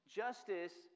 justice